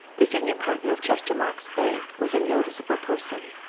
the senior partner of chestermarke's bank was a noticeable person.